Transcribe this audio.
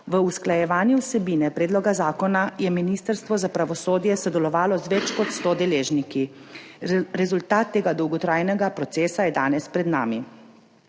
V usklajevanju vsebine predloga zakona je Ministrstvo za pravosodje sodelovalo z več kot 100 deležniki. Rezultat tega dolgotrajnega procesa je danes pred nami.